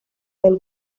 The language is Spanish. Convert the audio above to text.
del